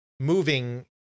moving